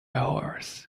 horse